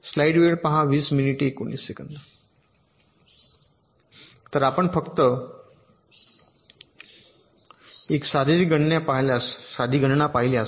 तर आपण फक्त एक साधी गणना पाहिल्यास